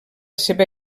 seva